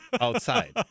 outside